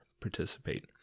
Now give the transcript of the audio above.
participate